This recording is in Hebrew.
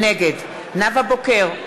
נגד נאוה בוקר,